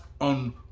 on